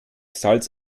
salz